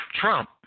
Trump